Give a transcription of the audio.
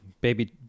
Baby